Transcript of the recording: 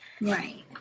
right